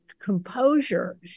composure